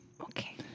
Okay